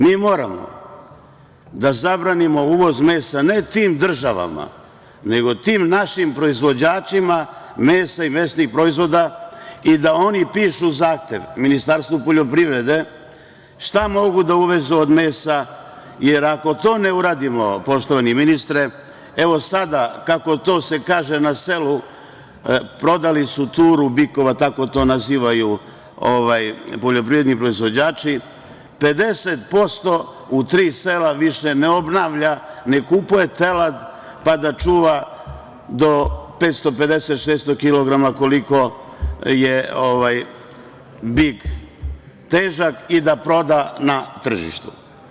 Mi moramo da zabranimo uvoz mesa ne tim državama, nego tim našim proizvođačima mesa i mesnih proizvoda i da oni pišu zahtev Ministarstvu poljoprivrede šta mogu da uvezu od mesa, jer ako to ne uradimo, poštovani ministre, evo sada, kako to se kaže na selu, prodali su turu bikova, tako to nazivaju poljoprivredni proizvođači, 50% u tri sela više ne obnavlja, ne kupuje telad, pa da čuva do 550, 600 kilograma, koliko je bik težak i da proda na tržištu.